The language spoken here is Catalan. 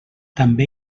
també